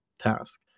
task